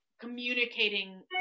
communicating